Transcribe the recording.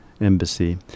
embassy